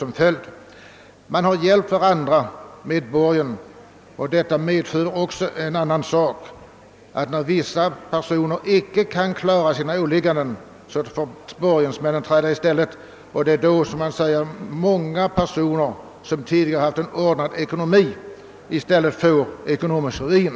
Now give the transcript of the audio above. Man har hjälpt varandra med borgenslån, och när någon då inte har kunnat klara sina åligganden har borgensmännen fått göra det i stället, vilket har resulterat i att många som tidigare haft en ordnad ekonomi har ställts inför ekonomisk ruin.